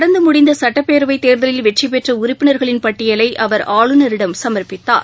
நடந்தமுடிந்தசட்டப்பேரவைத் தேர்தலில் வெற்றிபெற்றஉறுப்பினர்களின் பட்டியலைஅவர் ஆளுநரிடம் சமர்ப்பித்தார்